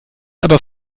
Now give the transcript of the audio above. aber